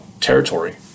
territory